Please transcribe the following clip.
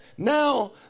Now